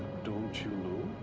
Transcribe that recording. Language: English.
don't you